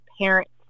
parents